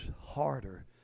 harder